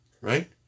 Right